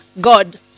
God